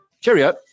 cheerio